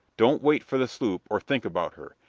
don't wait for the sloop or think about her,